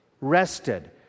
rested